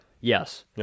Yes